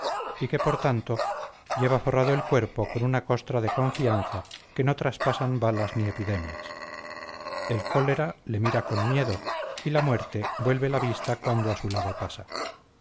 y que por tanto lleva forrado el cuerpo con una costra de confianza que no traspasan balas ni epidemias el cólera le mira con miedo y la muerte vuelve la vista cuando a su lado pasa